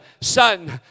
son